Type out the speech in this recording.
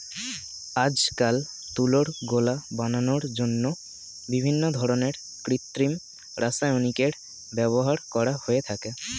আজকাল তুলোর গোলা বানানোর জন্য বিভিন্ন ধরনের কৃত্রিম রাসায়নিকের ব্যবহার করা হয়ে থাকে